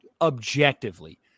objectively